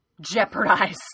jeopardize